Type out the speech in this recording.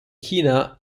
china